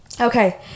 Okay